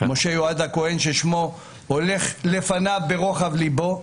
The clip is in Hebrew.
ששמו הולך לפניו לגבי רוחב ליבו,